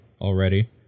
already